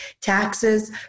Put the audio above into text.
taxes